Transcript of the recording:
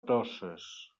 toses